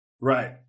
Right